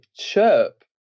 chirp